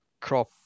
crop